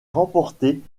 remportée